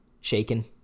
shaken